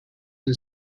and